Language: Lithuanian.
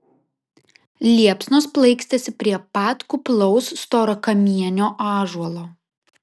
liepsnos plaikstėsi prie pat kuplaus storakamienio ąžuolo